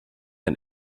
and